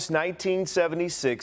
1976